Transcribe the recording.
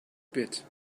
bit